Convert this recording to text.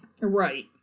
Right